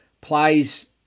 plays